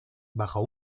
bajo